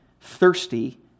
thirsty